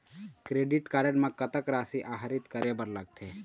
Credit card म कतक राशि आहरित करे बर लगथे?